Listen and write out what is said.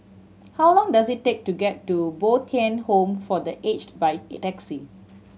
how long does it take to get to Bo Tien Home for The Aged by taxi